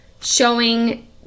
showing